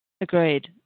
Agreed